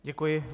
Děkuji.